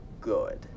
good